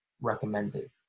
recommended